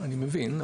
אני מבין,